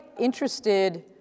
interested